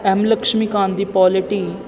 M Laxmikanth ਦੀ polity